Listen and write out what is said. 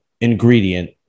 ingredient